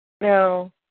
No